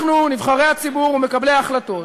נבחרי הציבור ומקבלי ההחלטות,